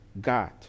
God